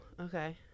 Okay